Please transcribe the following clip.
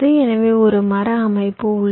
எனவே ஒரு மர அமைப்பு உள்ளது